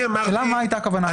השאלה מה הייתה הכוונה שלך?